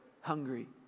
hungry